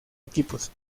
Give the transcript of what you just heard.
equipos